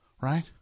Right